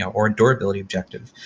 or a durability objective,